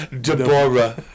Deborah